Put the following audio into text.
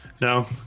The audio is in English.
No